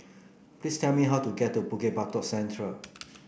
please tell me how to get to Bukit Batok Central